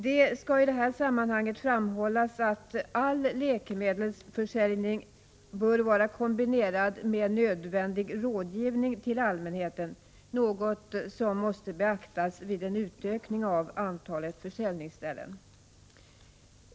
Det skall i det här sammanhanget framhållas att all läkemedelsförsäljning bör vara kombinerad med nödvändig rådgivning till allmänheten, något som måste beaktas vid en utökning av antalet försäljningsställen.